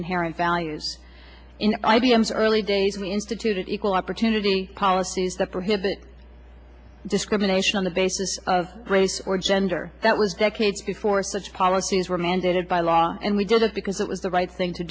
inherent values in i b m s early days we instituted equal opportunity policies that prohibit discrimination on the basis of race or gender that was decades before such policies were mandated by law and we did it because it was the right thing to